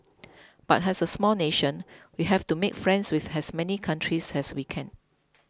but as a small nation we have to make friends with as many countries as we can